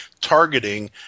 targeting